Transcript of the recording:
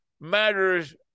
matters